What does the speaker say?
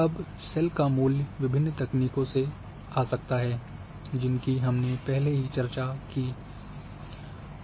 अब सेल का मूल्य विभिन्न तकनीकों से आ सकता है जिनकी हमने चर्चा की